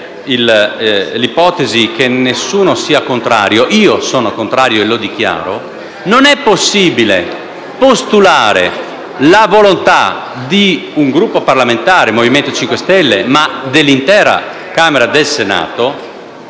l'ipotesi che nessuno sia contrario. Io sono contrario e lo dichiaro. Non è possibile postulare la volontà non solo di un Gruppo parlamentare come il Movimento 5 Stelle, ma dell'intera camera del Senato